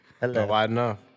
Hello